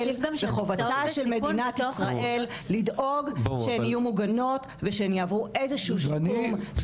מחובתה של מדינת ישראל לדאוג שהן יהיו מוגנות ושהן יעברו איזשהו שיקום.